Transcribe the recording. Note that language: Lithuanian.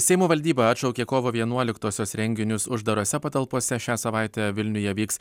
seimo valdyba atšaukė kovo vienuoliktosios renginius uždarose patalpose šią savaitę vilniuje vyks